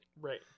right